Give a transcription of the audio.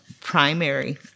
primary